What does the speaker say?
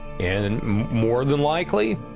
and more than likely,